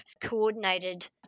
coordinated